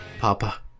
Papa